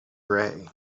grey